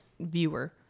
viewer